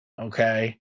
Okay